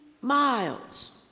miles